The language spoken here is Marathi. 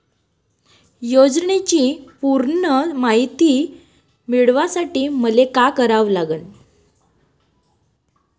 योजनेची पूर्ण मायती मिळवासाठी मले का करावं लागन?